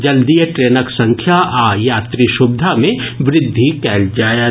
जल्दीए ट्रेनक संख्या आ यात्री सुविधा मे वृद्धि कयल जायत